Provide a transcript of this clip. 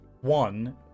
one